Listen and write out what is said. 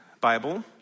Bible